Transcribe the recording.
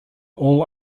all